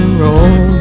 roll